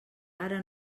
ara